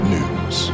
News